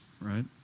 right